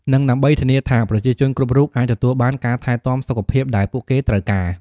និងដើម្បីធានាថាប្រជាជនគ្រប់រូបអាចទទួលបានការថែទាំសុខភាពដែលពួកគេត្រូវការ។